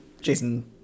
Jason